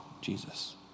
Jesus